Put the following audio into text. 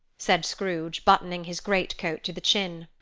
said scrooge, buttoning his great-coat to the chin.